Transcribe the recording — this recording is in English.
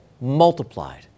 multiplied